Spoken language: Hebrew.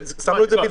שמו את זה בילד-אין.